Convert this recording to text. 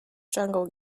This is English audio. jungle